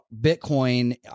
Bitcoin